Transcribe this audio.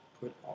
put